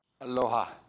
Aloha